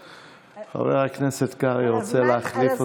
חבר הכנסת קרעי רוצה להחליף אותי?